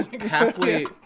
halfway